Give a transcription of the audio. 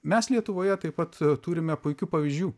mes lietuvoje taip pat turime puikių pavyzdžių